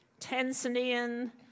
Tanzanian